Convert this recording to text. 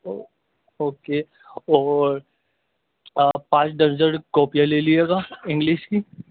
او okay اور پانچ درجن کاپیاں لے لیجیے گا انگلش کی